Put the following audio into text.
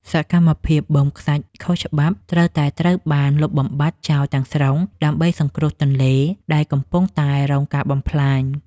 សកម្មភាពបូមខ្សាច់ខុសច្បាប់ត្រូវតែត្រូវបានលុបបំបាត់ចោលទាំងស្រុង ដើម្បីសង្គ្រោះទន្លេដែលកំពុងតែរងការបំផ្លាញ។